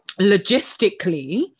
logistically